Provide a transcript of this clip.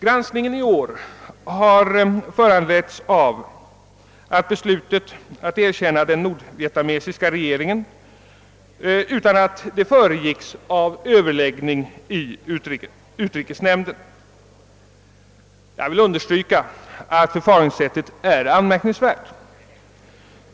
Granskningen i år har föranletts av beslutet att erkänna den nordvietnamesiska regeringen utan att detta beslut föregicks av överläggning i utrikesnämnden. Jag vill understryka att förfaringssättet är anmärkningsvärt.